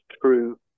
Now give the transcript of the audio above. true